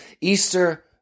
Easter